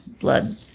blood